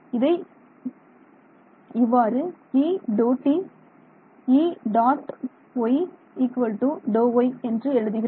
இதை எவ்வாறு E ∂t E˙ y ∂ y எழுதுகிறோம்